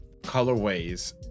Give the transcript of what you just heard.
colorways